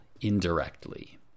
indirectly